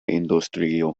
industrio